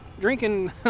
drinking